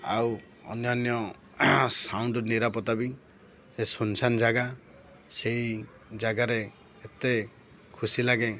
ଆଉ ଅନ୍ୟାନ୍ୟ ସାଉଣ୍ଡରୁ ନିରାପତା ବି ଶୂନ୍ଶାନ୍ ଜାଗା ସେଇ ଜାଗାରେ ଏତେ ଖୁସି ଲାଗେ